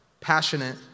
passionate